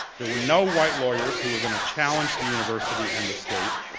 there were no white lawyers who were going to challenge the university and the state.